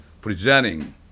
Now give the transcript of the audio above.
Presenting